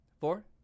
Four